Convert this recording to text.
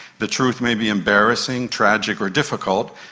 the truth may be embarrassing, tragic or difficult,